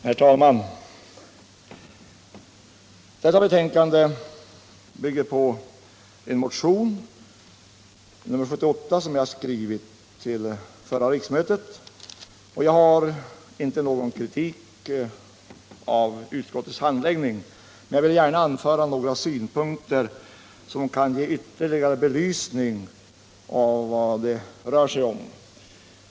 Herr talman! Detta betänkande bygger på en motion — nr 751 — som jag skrev till förra riksmötet. Jag har ingen kritik att rikta mot utskottets handläggning av motionen, men jag vill anföra några synpunkter som kan ge ytterligare belysning av vad det rör sig om.